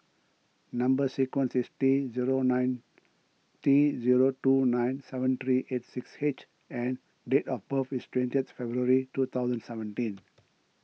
Number Sequence is T zero nine T zero two nine seven three eight six H and date of birth is twentieth February two thousand seventeen